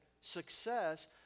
success